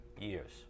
years